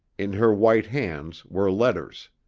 in her white hands were letters.